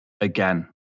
again